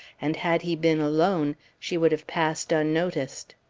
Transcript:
and had he been alone she would have passed unnoticed.